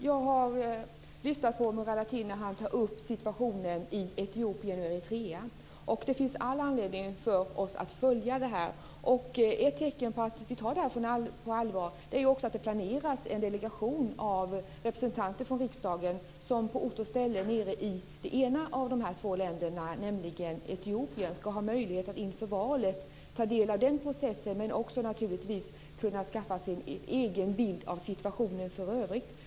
Herr talman! Jag lyssnade på Murad Artin när han tog upp situationen i Etiopien och i Eritrea, och det finns all anledning att följa den. Ett tecken på att vi tar situationen där på allvar är att det planeras en delegation med representanter från riksdagen som på ort och ställe i det ena av dessa två länder, nämligen Etiopien, ska ha möjlighet att ta del av processen inför valet men naturligtvis också att skaffa sig en egen bild av situationen i övrigt.